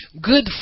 good